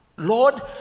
Lord